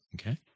Okay